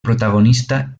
protagonista